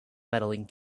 medaling